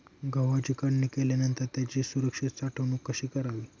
गव्हाची काढणी केल्यानंतर त्याची सुरक्षित साठवणूक कशी करावी?